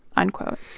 unquote